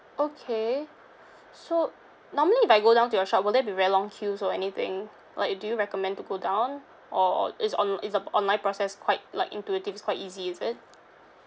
okay so normally if I go down to your shop will there be very long queues or anything like do you recommend to go down or is on~ is the online process quite like intuitive is quite easy is it